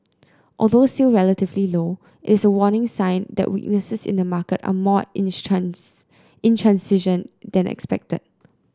although still relatively low it is a warning sign that weaknesses in the market are more intransigent than expected